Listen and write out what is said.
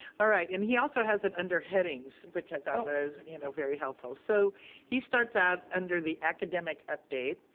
all right. and he also has it under headings, which i thought was you know very helpful. so he starts out under the academic update.